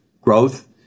growth